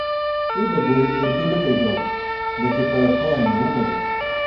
ubagui ir du litai daug betgi projektuoja ne ubagas